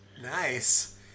Nice